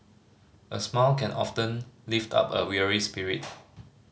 a smile can often lift up a weary spirit